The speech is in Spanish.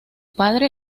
padre